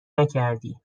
نکردی